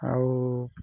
ଆଉ